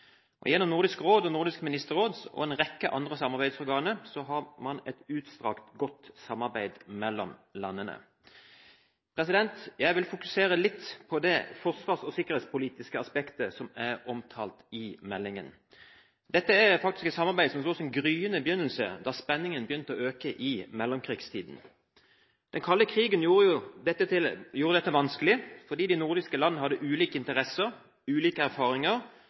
og Nordisk Ministerråd og en rekke andre samarbeidsorganer har man et utstrakt, godt samarbeid mellom landene. Jeg vil fokusere litt på det forsvars- og sikkerhetspolitiske aspektet som er omtalt i meldingen. Dette er faktisk et samarbeid som så sin gryende begynnelse da spenningen begynte å øke i mellomkrigstiden. Den kalde krigen gjorde dette vanskelig fordi de nordiske land hadde ulike interesser, ulike erfaringer